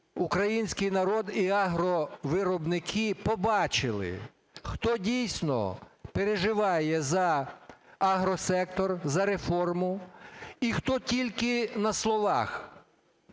український народ і агровиробники, побачили, хто, дійсно, переживає за агросектор, за реформу і хто тільки на словах.